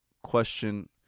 question